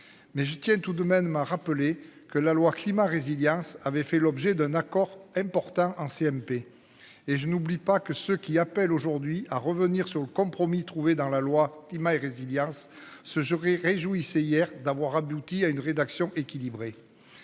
Mais je tiens tout de même à rappeler que la loi climat résilience avait fait l'objet d'un accord important en CMP et je n'oublie pas que ceux qui appellent aujourd'hui à revenir sur le compromis trouvé dans la loi climat et résilience ce jury réjouissait hier d'avoir abouti à une rédaction équilibrée.